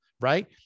right